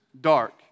dark